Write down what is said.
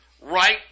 right